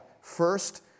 First